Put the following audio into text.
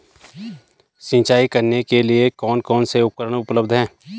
सिंचाई करने के लिए कौन कौन से उपकरण उपलब्ध हैं?